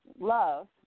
love